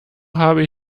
habe